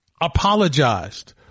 apologized